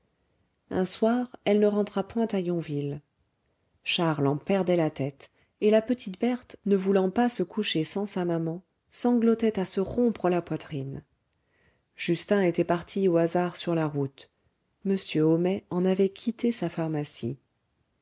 un soir elle ne rentra point à yonville charles en perdait la tête et la petite berthe ne voulant pas se coucher sans sa maman sanglotait à se rompre la poitrine justin était parti au hasard sur la route m homais en avait quitté sa pharmacie